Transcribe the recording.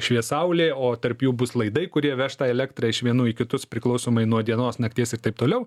švies saulė o tarp jų bus laidai kurie veš tą elektrą iš vienų į kitus priklausomai nuo dienos nakties ir taip toliau